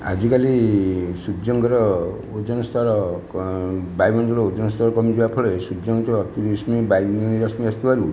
ଆଜିକାଲି ସୂର୍ଯ୍ୟଙ୍କର ଓଜନସ୍ତର କ ବାୟୁମଣ୍ଡଳର ଓଜନସ୍ତର କମିଯିବା ଫଳରେ ସୂର୍ଯ୍ୟଙ୍କର ଯେଉଁ ଅତି ରଶ୍ମି ବାଇଗଣି ରଶ୍ମି ଆସୁଥିବାରୁ